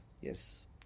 Yes